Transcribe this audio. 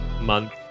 month